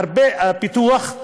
והרבה פיתוח,